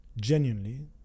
genuinely